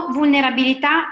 vulnerabilità